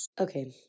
Okay